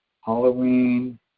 Halloween